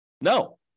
No